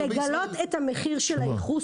לגלות את המחיר של הייחוס,